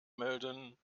melden